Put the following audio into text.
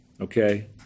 Okay